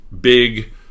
big